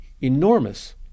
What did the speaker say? enormous